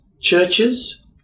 churches